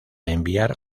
enviar